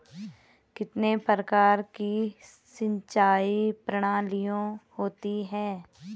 कितने प्रकार की सिंचाई प्रणालियों होती हैं?